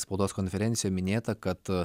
spaudos konferencijoj minėta kad